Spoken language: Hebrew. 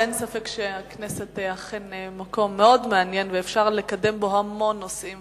אין ספק שהכנסת היא אכן מקום מאוד מעניין ואפשר לקדם בו המון נושאים